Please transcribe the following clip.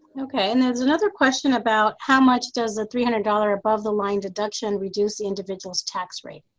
ok, and there's another question about, how much does a three hundred dollars above-the-line deduction reduce the individual's tax rate,